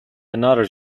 another